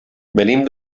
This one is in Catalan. venim